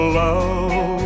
love